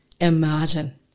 Imagine